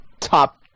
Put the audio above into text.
top